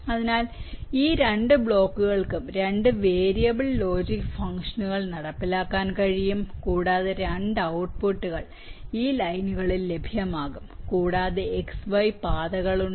അതിനാൽ ഈ രണ്ട് ബ്ലോക്കുകൾക്കും രണ്ട് 4 വേരിയബിൾ ലോജിക് ഫംഗ്ഷനുകൾ നടപ്പിലാക്കാൻ കഴിയും കൂടാതെ 2 ഔട്ട്പുട്ടുകൾ ഈ ലൈനുകളിൽ ലഭ്യമാകും കൂടാതെ x y പാതകൾ ഉണ്ട്